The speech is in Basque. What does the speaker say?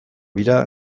bira